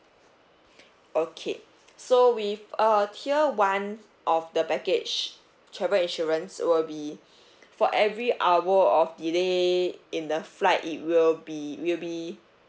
okay so with uh tier one of the package travel insurance will be for every hour of delay in the flight it will be will be